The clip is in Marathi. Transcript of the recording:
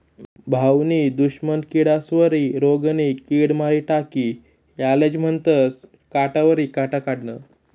भाऊनी दुश्मन किडास्वरी रोगनी किड मारी टाकी यालेज म्हनतंस काटावरी काटा काढनं